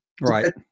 Right